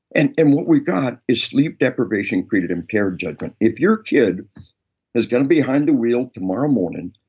and and what we've got is sleep deprivation created impaired judgment. if your kid is getting behind the wheel tomorrow morning,